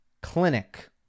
clinic